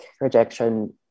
rejection